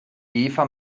eva